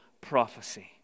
prophecy